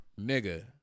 Nigga